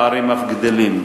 הפערים אף גדלים.